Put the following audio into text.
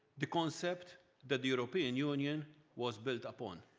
the concept the the european union was build upon.